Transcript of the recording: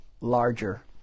larger